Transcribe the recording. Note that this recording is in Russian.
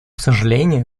сожалению